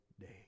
day